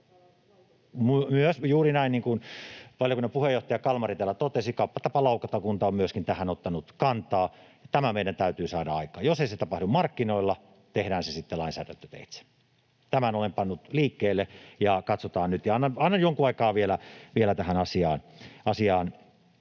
kuin valiokunnan puheenjohtaja Kalmari täällä totesi, myöskin kauppatapalautakunta on tähän ottanut kantaa. — Tämä meidän täytyy saada aikaan. Jos ei se tapahdu markkinoilla, tehdään se sitten lainsäädäntöteitse. Tämän olen pannut liikkeelle, ja katsotaan nyt. Annan vielä jonkun aikaa tässä asiassa